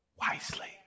wisely